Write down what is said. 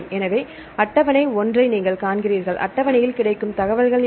எனவே அட்டவணை 1 ஐ நீங்கள் காண்கிறீர்கள் அட்டவணையில் கிடைக்கும் தகவல்கள் என்ன